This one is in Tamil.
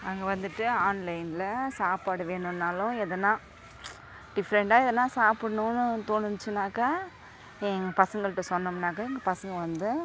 நாங்கள் வந்துட்டு ஆன்லைன்ல சாப்பாடு வேணும்னாலும் எதுன்னா டிஃப்ரென்ட்டாக இதெல்லாம் சாப்பிட்ணுனு தோணுனுச்சுனாக்க எங்கள் பசங்கள்ட சொன்னம்ன்னாக்க எங்கள் பசங்கள் வந்து